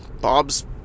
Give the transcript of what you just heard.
Bob's